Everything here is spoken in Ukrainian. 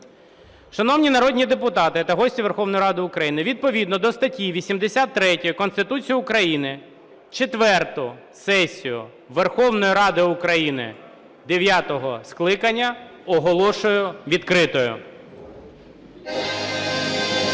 Шановні народні депутати та гості Верховної Ради України, відповідно до статті 83 Конституції України четверту сесію Верховної Ради України дев'ятого скликання оголошую відкритою.